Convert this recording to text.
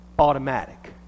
automatic